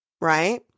right